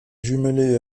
jumelée